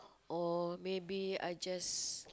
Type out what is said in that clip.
or maybe I just